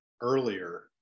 earlier